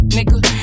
Nigga